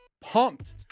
pumped